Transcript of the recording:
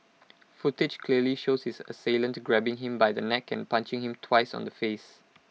footage clearly shows his assailant grabbing him by the neck and punching him twice on the face